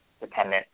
dependent